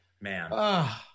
Man